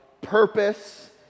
purpose